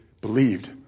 believed